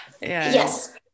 yes